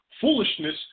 foolishness